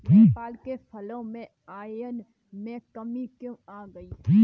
नेपाल से फलों के आयात में कमी क्यों आ गई?